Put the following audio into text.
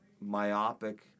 myopic